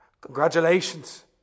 Congratulations